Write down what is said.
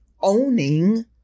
owning